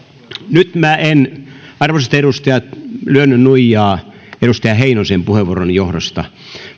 nyt minä en arvoisat edustajat lyönyt nuijaa edustaja heinosen puheenvuoron johdosta